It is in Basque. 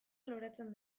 loratzen